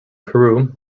peru